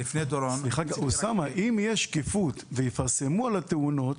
אוסאמה, אם יש שקיפות ויפרסמו על התאונות,